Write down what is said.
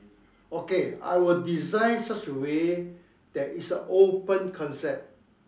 okay I would design such a way that is a open concept